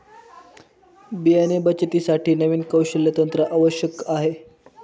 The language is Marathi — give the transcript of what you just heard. बियाणे बचतीसाठी नवीन कौशल्य तंत्र आवश्यक आहे